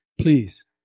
Please